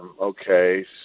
okay